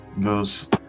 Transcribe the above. goes